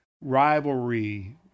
rivalry